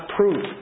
proof